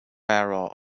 barrel